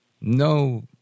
No